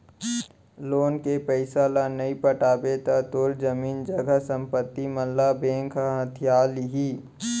loan के पइसा ल नइ पटाबे त तोर जमीन जघा संपत्ति मन ल बेंक ह हथिया लिही